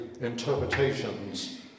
interpretations